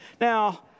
Now